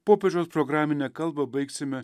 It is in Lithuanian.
popiežiaus programinę kalbą baigsime